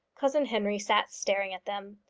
cousin henry sat staring at them.